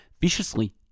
viciously